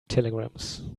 telegrams